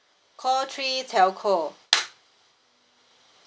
call three telco